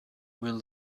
will